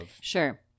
sure